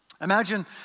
Imagine